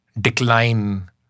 decline